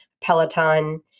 Peloton